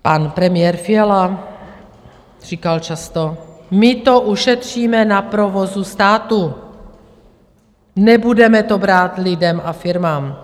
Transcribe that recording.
Pan premiér Fiala říkal často: my to ušetříme na provozu státu, nebudeme to brát lidem a firmám.